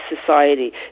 society